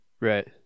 Right